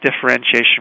differentiation